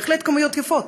בהחלט מספרים יפים,